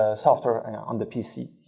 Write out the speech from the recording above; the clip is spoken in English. ah software on the pc.